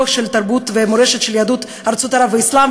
של התרבות והמורשת של יהדות ארצות ערב והאסלאם,